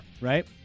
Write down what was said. Right